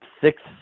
six